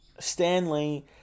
Stanley